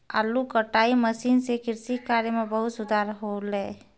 आलू कटाई मसीन सें कृषि कार्य म बहुत सुधार हौले